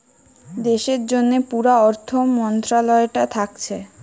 দেশের জন্যে পুরা অর্থ মন্ত্রালয়টা থাকছে